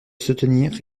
soutenir